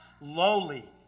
lowly